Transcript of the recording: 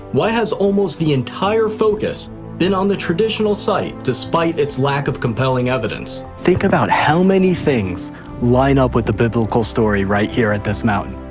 why has almost the entire focus been on the traditional site despite its lack of compelling evidence? think about how many things line up with the biblical story right here at this mountain.